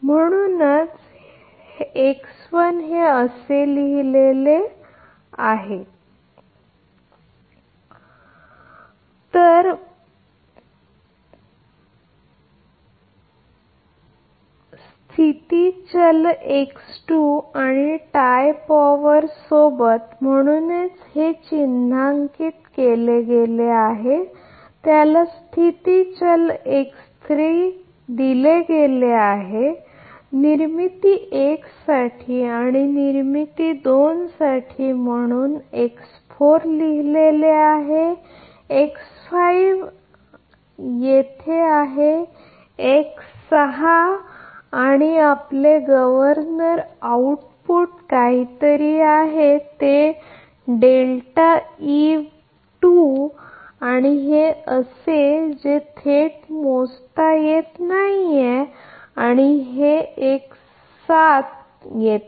म्हणूनचहे असे लिहिले आहे जर असेल तर स्टेट व्हेरिएबल आणि टाय पॉवर सोबत इतम्हणून हे चिन्हांकित केले गेले आहे त्याला स्टेट व्हेरिएबल दिले गेले आहे पिढी 1 साठी आणि पिढी 2 म्हणून लिहिलेली आहे आणि येथे आहे आणि आपले गव्हर्नर आउटपुट काहीतरी आहे आणि हे असे आहे जे थेट मोजता येत नाही आणि हे दिले जाते